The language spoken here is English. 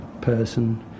person